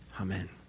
Amen